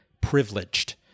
privileged